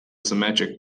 symmetric